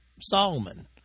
Solomon